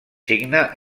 signe